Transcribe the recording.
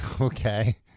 Okay